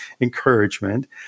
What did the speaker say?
encouragement